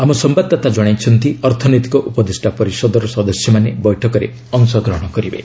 ଆମ ସମ୍ବାଦଦାତା ଜଣାଇଛନ୍ତି ଅର୍ଥନୈତିକ ଉପଦେଷ୍ଟା ପରିଷଦର ସଦସ୍ୟମାନେ ବୈଠକରେ ଅଂଶଗ୍ରହଣ କରିବେ